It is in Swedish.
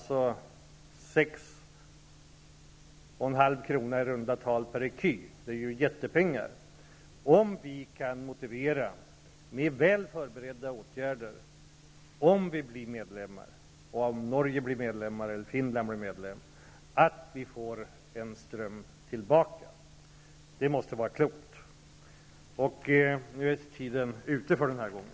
Om vi blir medlemmar, och om Norge eller Finland blir medlemmar, och vi kan motivera med väl förberedda åtgärder att vi får en penningström tillbaka, så kan väl inte Karl-Erik Persson ha något emot det, som den kloka karl han normalt är. Det måste vara klokt.